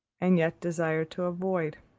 and yet desired to avoid.